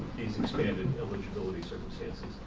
these expanded eligibility circumstances?